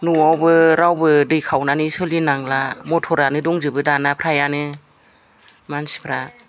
न'आवबो रावबो दै खावनानै सोलिनांला मथरानो दंजोबो दानिया फ्रायानो मानसिफ्रा